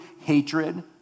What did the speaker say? hatred